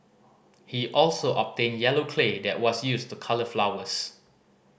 he also obtained yellow clay that was used to colour flowers